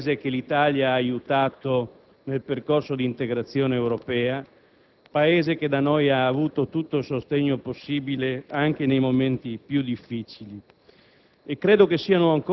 amico. Un Paese che l'Italia ha aiutato nel percorso di integrazione europea; un Paese che da noi ha avuto tutto il sostegno possibile, anche nei momenti più difficili.